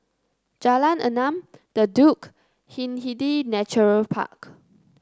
Jalan Enam The Duke Hindhede Nature Park